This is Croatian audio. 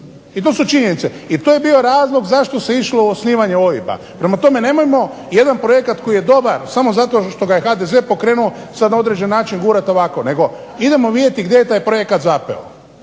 I to su činjenice i to je bio razlog zašto se išlo u osnivanje OIB-a. Prema tome, nemojmo jedan projekt koji je dobar, samo zato što ga je HDZ pokrenuo sad na određen način gurat ovako nego idemo vidjeti gdje je taj projekt zapeo.